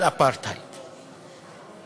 בחברון האפרטהייד הזה מיושם